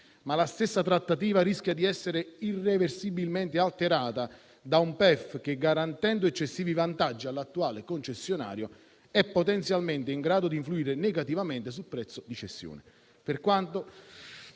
La stessa trattativa rischia tuttavia di essere irreversibilmente alterata da un Piano economico-finanziario che, garantendo eccessivi vantaggi all'attuale concessionario, è potenzialmente in grado di influire negativamente sul prezzo di cessione.